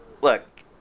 look